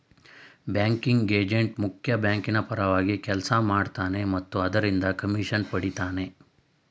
banking agent ಮುಖ್ಯ ಬ್ಯಾಂಕಿನ ಪರವಾಗಿ ಕೆಲಸ ಮಾಡ್ತನೆ ಮತ್ತು ಅದರಿಂದ ಕಮಿಷನ್ ಪಡಿತನೆ